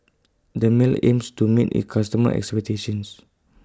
Dermale aims to meet IT customers' expectations